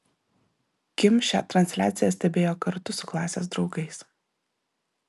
kim šią transliaciją stebėjo kartu su klasės draugais